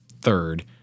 third